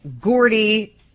Gordy